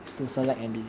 true